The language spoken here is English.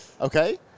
Okay